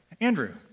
Andrew